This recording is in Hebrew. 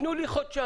תנו לי חודשיים,